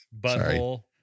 Butthole